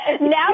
Now